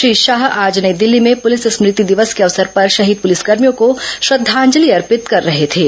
श्री शाह आज नई दिल्ली में पुलिस स्मृति दिवस के अवसर पर शहीद पुलिसकर्मियों को श्रद्धांजलि अर्पित कर रहे थे